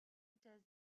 does